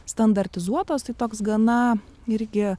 standartizuotos tai toks gana irgi